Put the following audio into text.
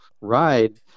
ride